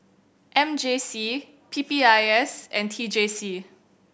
M J C P P I S and T J C